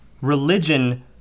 religion